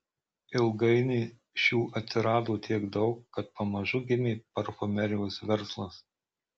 ilgainiui šių atsirado tiek daug kad pamažu gimė parfumerijos verslas